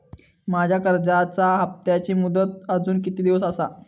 माझ्या कर्जाचा हप्ताची मुदत अजून किती दिवस असा?